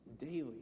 daily